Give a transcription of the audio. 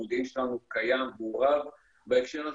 המודיעין שלנו הוא קיים והוא רב בהקשר הזה,